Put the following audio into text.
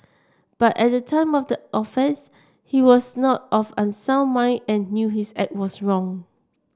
but at the time of the offence he was not of unsound mind and knew his act was wrong